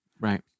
Right